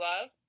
love